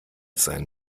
sein